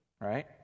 Right